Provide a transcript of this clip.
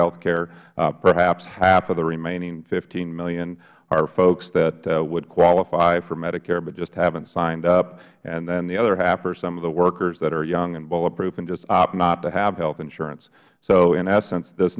health care perhaps half of the remaining fifteen million are folks that would qualify for medicare but just haven't signed up and then the other half are some of the workers that are young and bulletproof and just opt not to have health insurance so in essence this